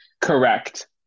Correct